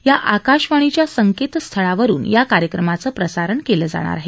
या आकाशवाणीच्या संकेतस्थळावरून या कार्यक्रमाचं प्रसारण केलं जाणार आहे